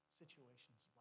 situations